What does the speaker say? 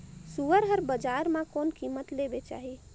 सुअर हर बजार मां कोन कीमत ले बेचाही?